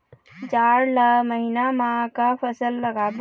जाड़ ला महीना म का फसल लगाबो?